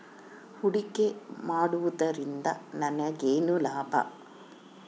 ಹೂಡಿಕೆ ಮಾಡುವುದರಿಂದ ನನಗೇನು ಲಾಭ?